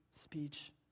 speech